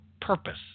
purpose